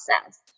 process